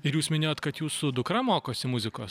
ir jūs minėjot kad jūsų dukra mokosi muzikos